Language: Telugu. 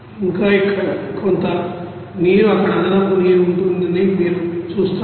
ఇంకా కొంత నీరు అక్కడ అదనపు నీరు ఉంటుందని మీరు చూస్తారు